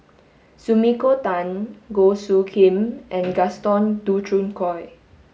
Sumiko Tan Goh Soo Khim and Gaston Dutronquoy